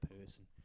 person